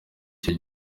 icyo